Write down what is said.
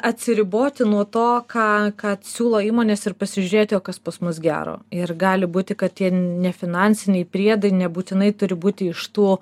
atsiriboti nuo to ką ką siūlo įmonės ir pasižiūrėti o kas pas mus gero ir gali būti kad tie nefinansiniai priedai nebūtinai turi būti iš tų